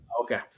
Okay